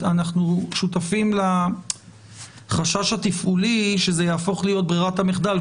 אנחנו שותפים לחשש התפעולי שזה יהפוך להיות ברירת המחדל,